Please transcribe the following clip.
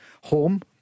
Home